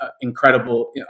incredible